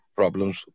problems